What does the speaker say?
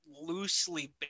loosely